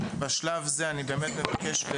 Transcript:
בשלב זה אני באמת מבקש,